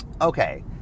okay